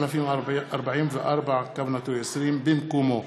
פ/3044/20, במקומו.